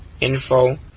info